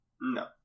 No